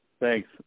Thanks